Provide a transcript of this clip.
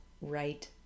right